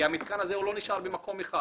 כי המתקן הזה לא נשאר במקום אחד.